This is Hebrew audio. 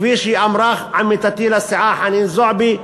כפי שאמרה עמיתתי לסיעה חנין זועבי,